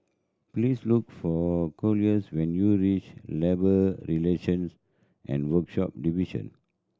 please look for Collis when you reach Labour Relations and Workshop Division